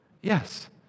Yes